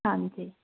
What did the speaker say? ਹਾਂਜੀ